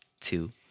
two